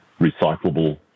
recyclable